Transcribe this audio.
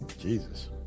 Jesus